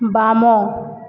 ବାମ